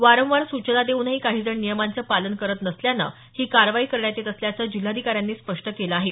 वारंवार सूचना देऊनही काही जण नियमांचं पालन करत नसल्यानं ही कारवाई करण्यात येत असल्याचं जिल्हाधिकाऱ्यांनी स्पष्ट केलं आहे